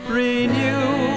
renew